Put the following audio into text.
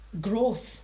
growth